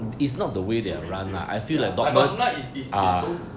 to reviews ya ba~ barcelona is is is those